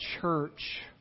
church